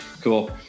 cool